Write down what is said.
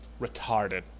retarded